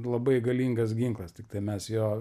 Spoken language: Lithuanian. labai galingas ginklas tiktai mes jo